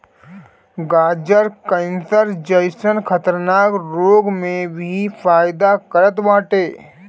गाजर कैंसर जइसन खतरनाक रोग में भी फायदा करत बाटे